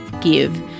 give